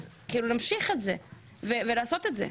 אז כאילו נמשיך את זה ולעשות את זה.